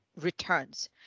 returns